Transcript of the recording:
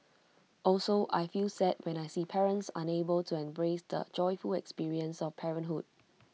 also I feel sad when I see parents unable to embrace the joyful experience of parenthood